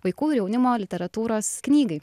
vaikų ir jaunimo literatūros knygai